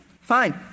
Fine